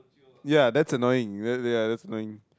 ya that's annoying that ya ya that's annoying